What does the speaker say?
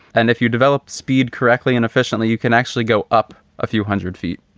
and if you develop speed correctly and efficiently, you can actually go up a few hundred feet.